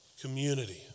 community